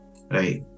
Right